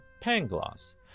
Pangloss